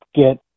get